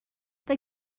they